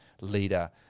leader